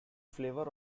flavor